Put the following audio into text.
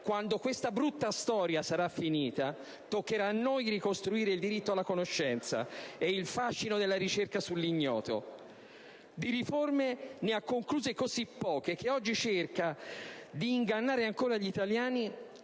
Quando questa brutta storia sarà finita, toccherà a noi ricostruire il diritto alla conoscenza e il fascino della ricerca sull'ignoto. Di riforme ne ha concluse così poche che oggi cerca di ingannare ancora gli italiani